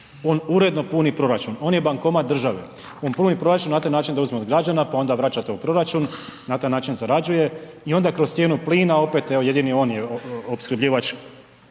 on uredno puni proračun, on je bankomat države, on puni proračun na taj način da uzme od građana, pa onda vraća to u proračun, na taj način zarađuje i onda kroz cijenu plina opet evo jedini on je opskrbljivač